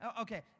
Okay